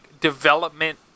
development